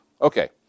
Okay